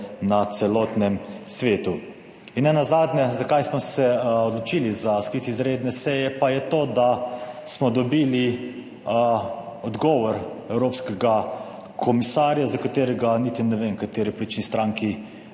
na celotnem svetu. In nenazadnje, zakaj smo se odločili za sklic izredne seje pa je to, da smo dobili odgovor evropskega komisarja, za katerega niti ne vem, kateri politični stranki